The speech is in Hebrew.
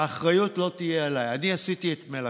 האחריות לא תהיה עליי, אני עשיתי את מלאכתי.